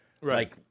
right